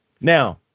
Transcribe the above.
Now